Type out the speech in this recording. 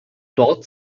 dort